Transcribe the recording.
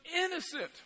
innocent